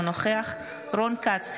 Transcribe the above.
אינו נוכח רון כץ,